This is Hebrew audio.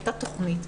הייתה תוכנית,